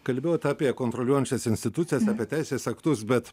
kalbėjot apie kontroliuojančias institucijas apie teisės aktus bet